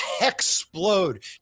explode